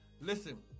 Listen